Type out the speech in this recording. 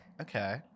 Okay